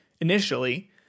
initially